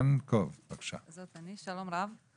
זאת אני, שלום רב.